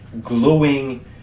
glowing